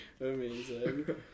Amazing